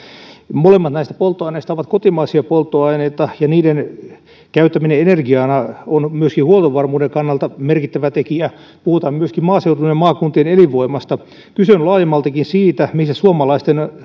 molemmat näistä polttoaineista ovat kotimaisia polttoaineita ja niiden käyttäminen energiana on myöskin huoltovarmuuden kannalta merkittävä tekijä puhutaan myöskin maaseudun ja ja maakuntien elinvoimasta kyse on laajemmaltikin siitä missä halutaan että suomalaisten